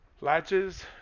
Latches